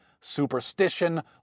superstition